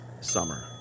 summer